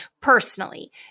personally